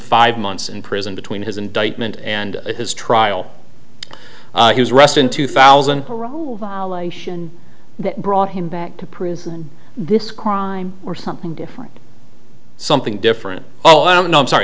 five months in prison between his indictment and his trial his rest in two thousand parole violation that brought him back to prison this crime or something different something different oh i don't know i'm sorry